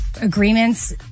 agreements